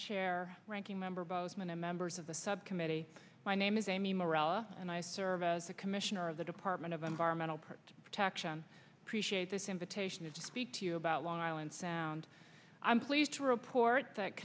ranking member bozeman and members of the subcommittee my name is amy mirella and i serve as a commissioner of the department of environmental protection appreciate this invitation to speak to you about long island sound i'm pleased to report that